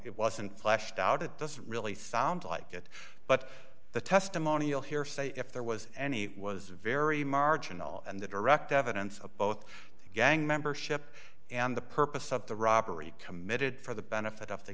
it wasn't fleshed out it doesn't really sound like it but the testimonial hearsay if there was any was very marginal and the direct evidence of both gang membership and the purpose of the robbery committed for the benefit of the